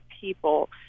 people